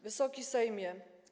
Wysoki Sejmie!